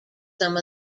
some